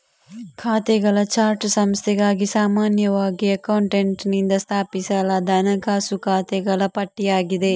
ಖಾತೆಗಳ ಚಾರ್ಟ್ ಸಂಸ್ಥೆಗಾಗಿ ಸಾಮಾನ್ಯವಾಗಿ ಅಕೌಂಟೆಂಟಿನಿಂದ ಸ್ಥಾಪಿಸಲಾದ ಹಣಕಾಸು ಖಾತೆಗಳ ಪಟ್ಟಿಯಾಗಿದೆ